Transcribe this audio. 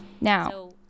Now